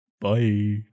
bye